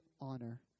honor